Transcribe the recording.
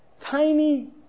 tiny